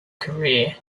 career